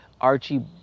Archie